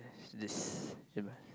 this